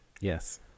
Yes